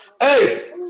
Hey